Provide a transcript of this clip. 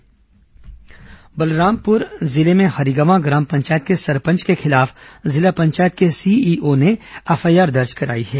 सरपंच राशि गबन बलरामपुर जिले में हरिगवां ग्राम पंचायत के सरपंच के खिलाफ जिला पंचायत के सीईओ ने एफआईआर दर्ज करायी है